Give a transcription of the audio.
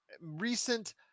recent